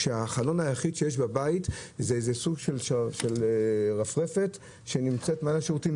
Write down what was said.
כשהחלון היחיד שיש בבית זה סוג של רפרפת שנמצאת מעל לשירותים,